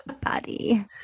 body